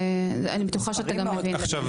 אני בטוחה שאתה גם מבין את זה.